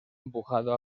empujado